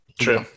True